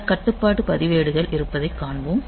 பல கட்டுப்பாட்டு பதிவேடுகள் இருப்பதைக் காண்போம்